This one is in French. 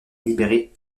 libérée